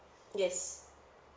yes